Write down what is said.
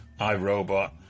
iRobot